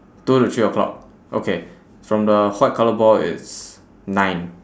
two to three O clock okay from the white colour ball it's nine